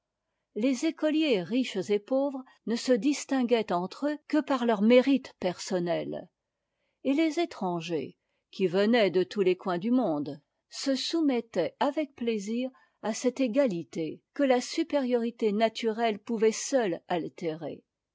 les écoliers riches et pauvres ne se distinguaient entre eux que par leur mérite personnel et tes étrangers qui venaient de tous les coins du monde se soumettaient avec plaisir à cette égalité que la supériorité naturelle pouvait seule altérer